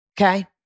Okay